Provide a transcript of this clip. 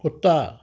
ਕੁੱਤਾ